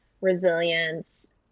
resilience